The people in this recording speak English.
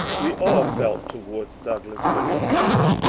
we all felt towards douglas, for instance,